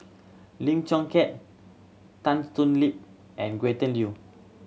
Lim Chong Keat Tan Thoon Lip and Gretchen Liu